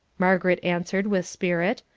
margaret answered with spirit.